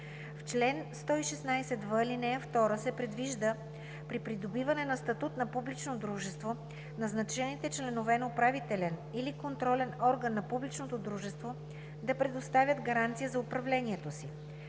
В чл. 116в, ал. 2 се предвижда при придобиване на статут на публично дружество назначените членове на управителен или контролен орган на публичното дружество да предоставят гаранция за управлението си.